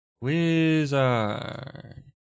Wizard